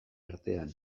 artean